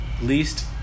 least